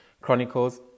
chronicles